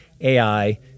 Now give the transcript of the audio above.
AI